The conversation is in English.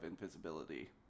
invisibility